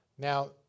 Now